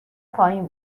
پایین